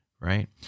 right